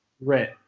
right